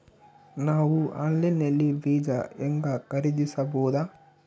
ನಾವು ಆನ್ಲೈನ್ ನಲ್ಲಿ ಬೀಜ ಹೆಂಗ ಖರೀದಿಸಬೋದ?